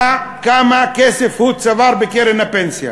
כמה כסף הוא צבר בקרן הפנסיה.